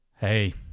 Hey